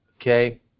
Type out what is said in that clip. okay